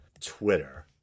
twitter